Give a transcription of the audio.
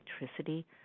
electricity